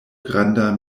granda